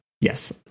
Yes